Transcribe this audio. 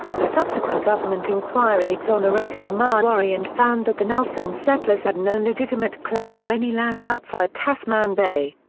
the subsequent government enquiry exonerated the maori and found that the nelson settlers had no legitimate claim to any land outside tasman bay.